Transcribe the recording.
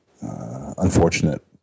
unfortunate